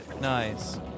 nice